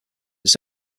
its